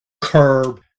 curb